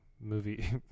movie